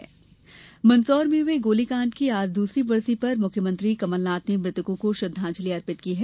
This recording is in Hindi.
किसान श्रद्धांजलि मंदसौर में हुए गोलीकांड की आज दूसरी बरसी पर मुख्यमंत्री कमलनाथ ने मृतकों को श्रद्वांजलि अर्पित की है